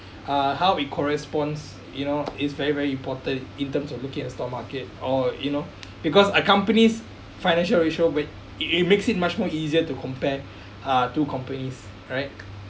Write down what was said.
uh how it corresponds you know it's very very important in terms of looking at a stock market or you know because a company's financial ratio with it makes it much more easier to compare uh two companies correct